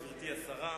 גברתי השרה,